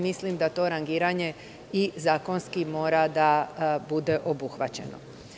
Mislim da to rangiranje i zakonski mora da bude obuhvaćeno.